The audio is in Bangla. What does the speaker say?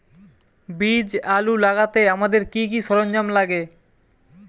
বীজ আলু লাগাতে আমাদের কি কি সরঞ্জাম লাগে?